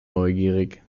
neugierig